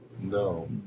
No